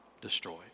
destroyed